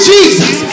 Jesus